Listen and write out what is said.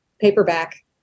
paperback